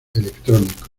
electrónico